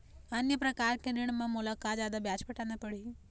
अन्य प्रकार के ऋण म मोला का जादा ब्याज पटाना पड़ही?